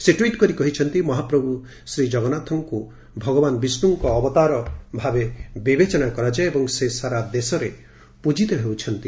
ସେ ଟ୍ୱିଟ୍ କରି କହିଛନ୍ତି ମହାପ୍ରଭୁ ଜଗନ୍ନାଥଙ୍କୁ ଭଗବାନ୍ ବିଷ୍ଡୁଙ୍କ ଅବତାର ଭାବେ ବିବେଚନା କରାଯାଏ ଏବଂ ସେ ସାରା ଦେଶରେ ପ୍ରଜିତ ହେଉଛନ୍ତି